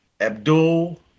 Abdul